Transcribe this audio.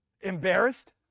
embarrassed